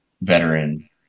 veteran